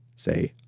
say,